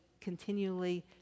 continually